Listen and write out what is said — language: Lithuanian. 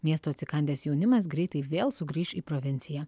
miesto atsikandęs jaunimas greitai vėl sugrįš į provinciją